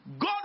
God